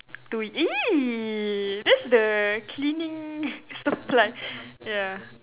to !ee! that's the cleaning supply ya